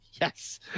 Yes